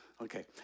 Okay